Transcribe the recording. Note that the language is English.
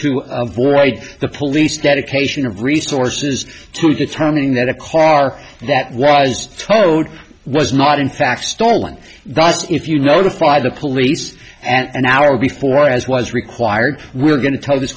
to avoid the police dedication of resources to determining that a car that was towed was not in fact stolen thus if you notify the police and an hour before as was required we're going to tell this